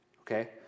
okay